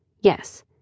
Yes